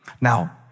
Now